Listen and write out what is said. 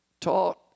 taught